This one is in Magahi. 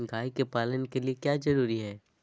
गाय के पालन के लिए क्या जरूरी है?